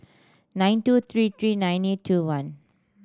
nine two three three nine eight two one